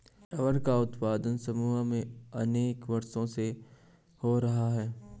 rubber का उत्पादन Samoa में अनेक वर्षों से हो रहा है